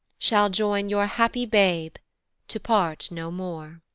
shall join your happy babe to part no more.